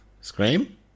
Scream